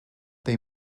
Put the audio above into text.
they